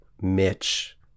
Mitch